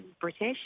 British